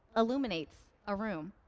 illuminates a room.